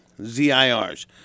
ZIRs